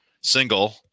Single